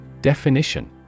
Definition